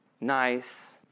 nice